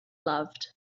loved